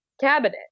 cabinet